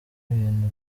ibintu